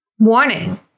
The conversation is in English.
Warning